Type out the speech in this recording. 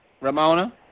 Ramona